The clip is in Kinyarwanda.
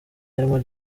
harimo